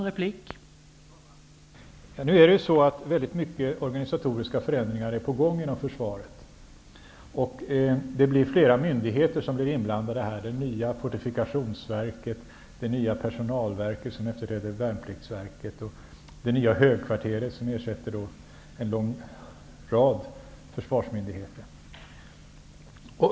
Herr talman! Det är många organisatoriska förändringar på gång inom försvaret, och det är många myndigheter som är inblandade, bl.a. det nya Fortifikationsverket, det nya Personalverket som skall ersätta Värnpliktsverket, det nya högkvarteret som skall ersätta en lång rad försvarsmyndigheter.